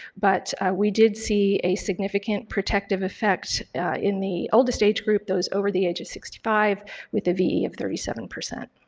but we did see a significant protective affect in the oldest age group, those over the age of sixty five with the ve of thirty seven.